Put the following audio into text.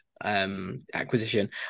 Acquisition